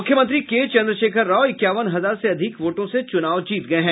मुख्यमंत्री के चंद्रशेखर राव इक्यावन हजार से अधिक वोटों से चुनाव जीत गए हैं